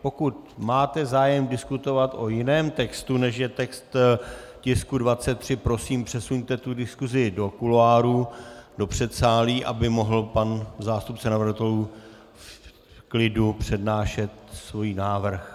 Pokud máte zájem diskutovat o jiném textu, než je text tisku 23, prosím, přesuňte diskusi do kuloárů, do předsálí, aby mohl pan zástupce navrhovatelů v klidu přednášet svůj návrh.